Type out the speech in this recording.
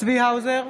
צבי האוזר,